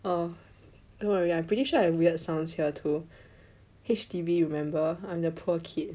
orh don't worry I'm pretty sure I have weird sounds too H_D_B remember I'm the poor kid